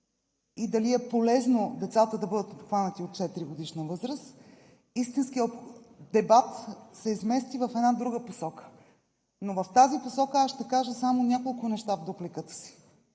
и дали е полезно децата да бъдат обхванати от 4-годишна възраст, истинският дебат се измести в една друга посока. В тази посока аз ще кажа само няколко неща в дупликата си.